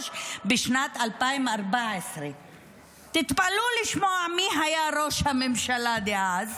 בשנת 2014. תתפלאו לשמוע מי היה ראש הממשלה דאז,